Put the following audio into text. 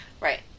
Right